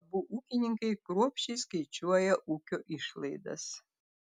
abu ūkininkai kruopščiai skaičiuoja ūkio išlaidas